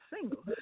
single